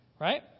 right